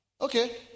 okay